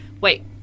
wait